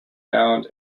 bound